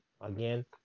Again